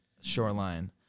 Shoreline